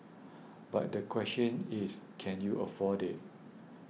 but the question is can you afford it